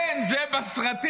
כן, זה בסרטים.